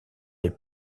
est